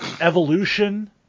evolution